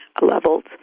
levels